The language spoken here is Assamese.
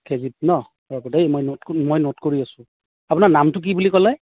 কেজিত ন তাৰপ এই মই নোট মই নোট কৰি আছোঁ আপোনাৰ নামটো কি বুলি ক'লে